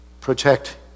Protect